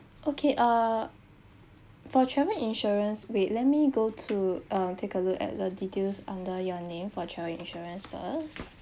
okay uh for travel insurance wait let me go to uh take a look at the details under your name for travel insurance first